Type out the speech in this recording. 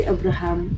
Abraham